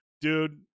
Dude